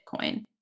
Bitcoin